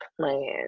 plan